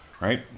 right